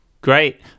Great